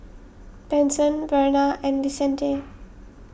Benson Verna and Vicente